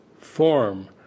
form